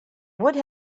would